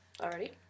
already